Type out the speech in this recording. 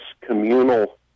communal